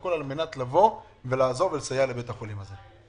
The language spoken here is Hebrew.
הכול על מנת לעזור ולסייע לבית החולים הזה.